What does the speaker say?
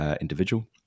individual